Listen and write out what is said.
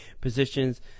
positions